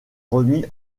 remis